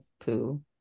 poo